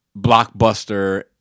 blockbuster